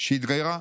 שהתגיירה,